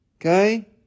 Okay